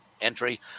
entry